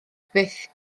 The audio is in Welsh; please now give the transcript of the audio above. byth